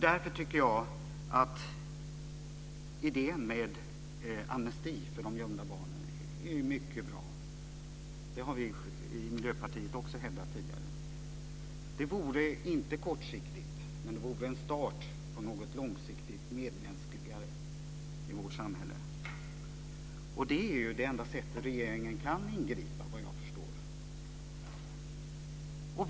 Därför tycker jag att idén med amnesti för de gömda barnen är mycket bra. Vi i Miljöpartiet har också hävdat det tidigare. Det vore inte kortsiktigt, men det vore en start på något långsiktigt, mer medmänskligt i vårt samhälle. Det är det enda sätt på vilket regeringen kan ingripa, såvitt jag förstår.